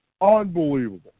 Unbelievable